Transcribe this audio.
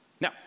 now